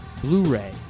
Blu-ray